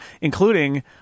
including